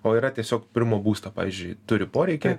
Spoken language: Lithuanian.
o yra tiesiog pirmo būsto pavyzdžiui turi poreikį